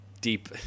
deep